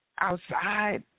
outside